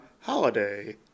holiday